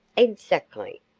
exactly,